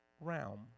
realm